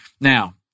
now